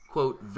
quote